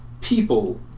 people